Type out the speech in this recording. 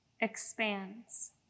expands